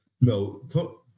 No